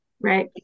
right